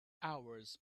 hours